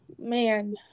man